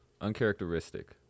uncharacteristic